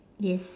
yes